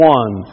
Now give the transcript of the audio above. one